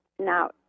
Now